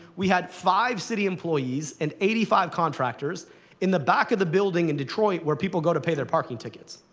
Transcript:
we had five city employees and eighty five contractors in the back of the building in detroit where people go to pay their parking tickets.